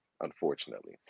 unfortunately